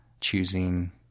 choosing